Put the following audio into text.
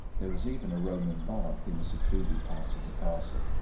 there was even a roman bath in a secluded part of the castle,